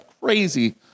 crazy